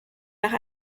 nach